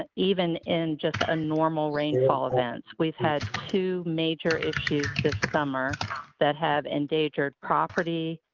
and even in just a normal rainfall event. we've had two major issues this summer that have endangered property,